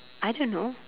I don't know